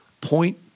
Point